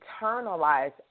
internalize